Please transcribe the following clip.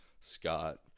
scott